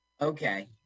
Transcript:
Okay